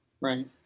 Right